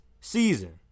season